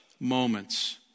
moments